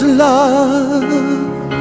love